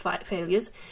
failures